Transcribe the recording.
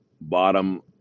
bottom